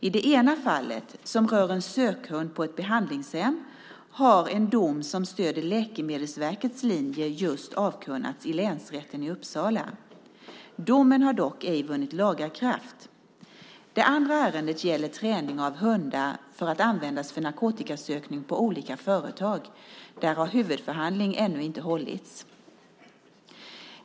I det ena fallet, som rör en sökhund på ett behandlingshem, har en dom som stöder Läkemedelsverkets linje just avkunnats i Länsrätten i Uppsala. Domen har dock ej vunnit laga kraft. Det andra ärendet gäller träning av hundar för att användas för narkotikasökning på olika företag. Där har huvudförhandling ännu inte hållits.